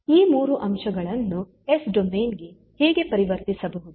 ಈ ಮೂರು ಅಂಶಗಳನ್ನು ಎಸ್ ಡೊಮೇನ್ ಗೆ ಹೇಗೆ ಪರಿವರ್ತಿಸಬಹುದು